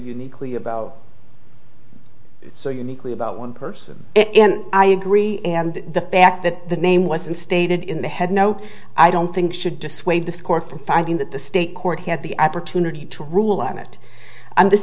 uniquely about so uniquely about one person and i agree and the fact that the name wasn't stated in the head no i don't think should dissuade the score from finding that the state court had the opportunity to rule on it and this